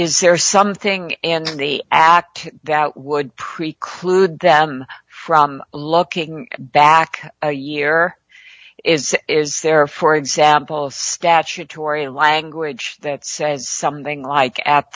is there something and the act that would preclude them from looking back a year is is there for example of statutory language that says something like at